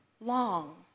long